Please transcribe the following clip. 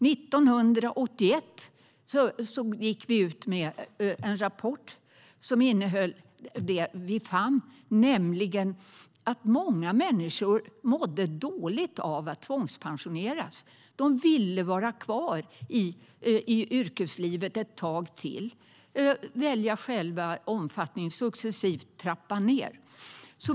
Vi gick ut med en rapport 1981 som innehöll det som vi fann, nämligen att många människor mådde dåligt av att tvångspensioneras. De ville vara kvar i yrkeslivet ett tag till. De ville själva välja omfattningen och successivt trappa ned.